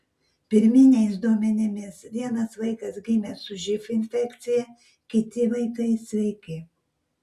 pirminiais duomenimis vienas vaikas gimė su živ infekcija kiti vaikai sveiki